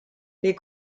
les